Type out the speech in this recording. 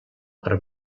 per